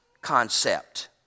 concept